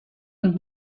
und